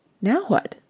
now what?